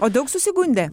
o daug susigundė